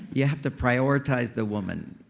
you have to prioritize the woman.